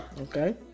Okay